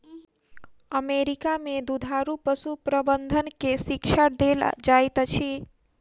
America में दुधारू पशु प्रबंधन के शिक्षा देल जाइत अछि